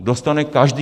Dostane každý?